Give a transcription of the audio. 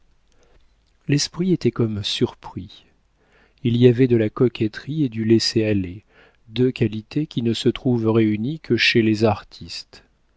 l'esprit était comme surpris il y avait de la coquetterie et du laisser-aller deux qualités qui ne se trouvent réunies que chez les artistes